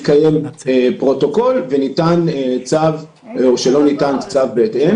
מתקיים פרוטוקול וניתן או שלא ניתן צו בהתאם.